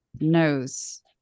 knows